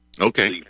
Okay